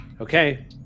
okay